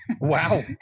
wow